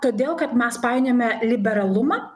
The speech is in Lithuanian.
todėl kad mes painiojame liberalumą